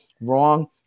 wrong